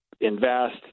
invest